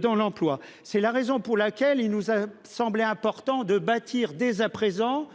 Dans l'emploi. C'est la raison pour laquelle il nous a semblé important de bâtir des à présent